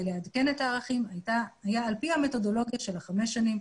לעדכן את הערכים היה על פי המתודולוגיות של חמש שנים,